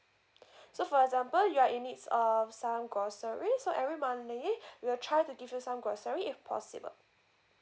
so for example you're in needs of some groceries so every monthly we'll try to give you some grocery if possible